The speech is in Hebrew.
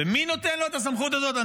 ומי נותן לו את הסמכות הזאת?